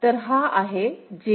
तर हा आहे JA